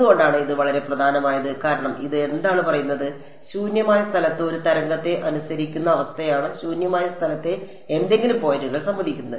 എന്തുകൊണ്ടാണ് ഇത് വളരെ പ്രധാനമായത് കാരണം ഇത് എന്താണ് പറയുന്നത് ശൂന്യമായ സ്ഥലത്ത് ഒരു തരംഗത്തെ അനുസരിക്കുന്ന അവസ്ഥയാണ് ശൂന്യമായ സ്ഥലത്തെ ഏതെങ്കിലും പോയിന്റുകൾ സമ്മതിക്കുന്നത്